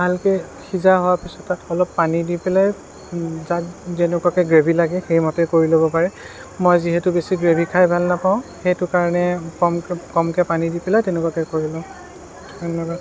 ভালকে সিজা হোৱাৰ পিছত অলপ পানী দি পেলাই যাক যেনেকুৱাকে গ্ৰেভী লাগে সেইমতে কৰি ল'ব পাৰে মই যিহেতু বেছি গ্ৰেভী খাই ভাল নাপাওঁ সেইটো কাৰণে কমকে কমকে পানী দি পেলাই তেনেকুৱাকে কৰি লওঁ ধন্যবাদ